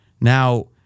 Now